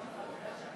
לסעיף הבא שעל